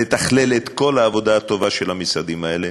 ולתכלל את כל העבודה הטובה של המשרדים האלה.